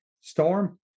storm